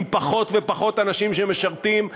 עם פחות ופחות אנשים שמשרתים,